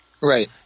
Right